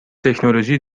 تکنولوژی